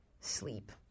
sleep